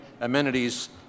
amenities